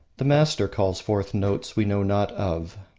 the master calls forth notes we know not of.